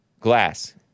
glass